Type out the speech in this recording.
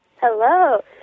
Hello